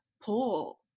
pull